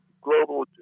global